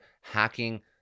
hacking